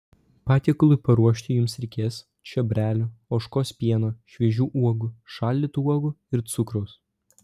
patiekalui paruošti jums reikės čiobrelių ožkos pieno šviežių uogų šaldytų uogų ir cukraus